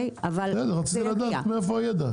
בסדר, רציתי לדעת מאיפה הידע.